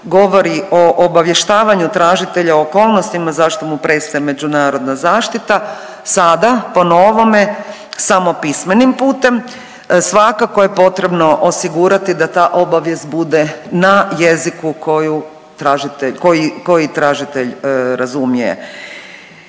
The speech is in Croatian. govori o obavještavanju tražitelja okolnostima zašto mu prestaje međunarodna zaštita sada po novome samo pismenim putem. Svakako je potrebno osigurati da ta obavijest bude na jeziku koji tražitelj razumije.